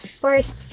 first